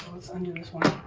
undo this one.